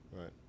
Right